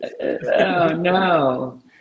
no